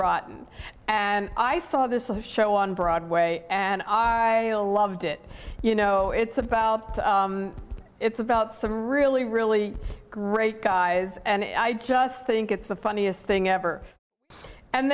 rotten and i saw this show on broadway and i all loved it you know it's about it's about some really really great guys and i just think it's the funniest thing ever and